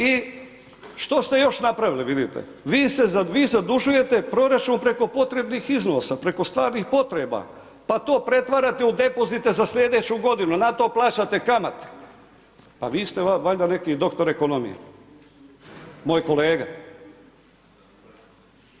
I što ste još napravili vidite, vi se, vi zadužujete proračun preko potrebnih iznosa, preko stvarnih potreba, pa to pretvarate u depozite za slijedeću godinu, na to plaćate kamate, pa vi ste valjda neki doktor ekonomije, moj kolega.